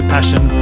Passion